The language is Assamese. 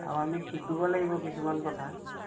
আৰু আমি শিকিব লাগিব কিছুমান কথা